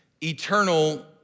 eternal